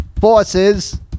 forces